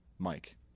Mike